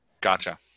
Gotcha